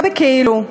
לא בכאילו,